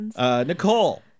Nicole